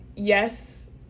yes